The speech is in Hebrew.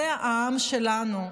זה העם שלנו.